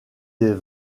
des